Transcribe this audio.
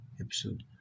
episode